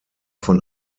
von